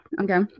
Okay